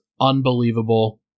unbelievable